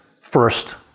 first